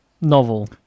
novel